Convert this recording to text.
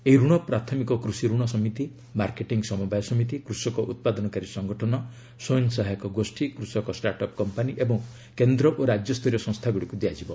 ଏହି ଋଣ ପ୍ରାଥମିକ କୃଷି ଋଣ ସମିତି ମାର୍କେଟିଂ ସମବାୟ ସମିତି କୃଷକ ଉତ୍ପାଦନକାରୀ ସଙ୍ଗଠନ ସ୍ୱୟଂ ସହାୟକ ଗୋଷ୍ଠୀ କୃଷକ ଷ୍ଟାର୍ଟ ଅପ୍ କମ୍ପାନୀ ଏବଂ କେନ୍ଦ୍ର ଓ ରାଜ୍ୟସ୍ତରୀୟ ସଂସ୍ଥାଗୁଡ଼ିକୁ ଦିଆଯିବ